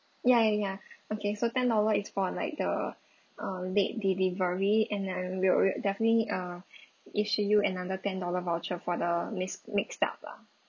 ya ya ya okay so ten dollar is for like the uh late delivery and like we'll we'll definitely uh issue you another ten dollar voucher for the mix mixed up lah